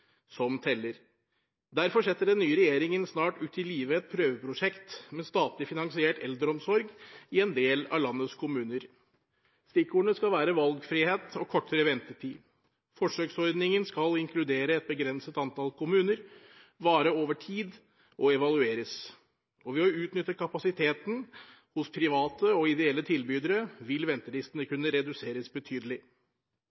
Derfor setter den nye regjeringen snart ut i livet et prøveprosjekt med statlig finansiert eldreomsorg i en del av landets kommuner. Stikkordene skal være valgfrihet og kortere ventetid. Forsøksordningen skal inkludere et begrenset antall kommuner, vare over tid og evalueres. Ved å utnytte kapasiteten hos private og ideelle tilbydere vil ventelistene